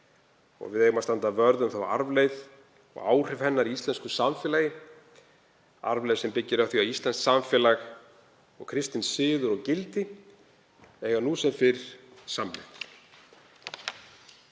Við eigum að standa vörð um þá arfleifð og áhrif hennar í íslensku samfélagi, arfleifð sem byggir á því að íslenskt samfélag og kristinn siður og gildi eiga nú sem fyrr samleið.